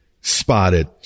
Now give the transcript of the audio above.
spotted